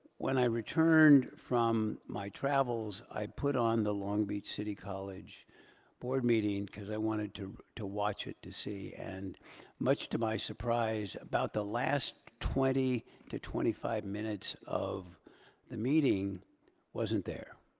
when i returned from my travels, i put on the long beach city college board meeting cause i wanted to to watch it to see. and much to my surprise, about the last twenty to twenty five minutes of the meeting wasn't there.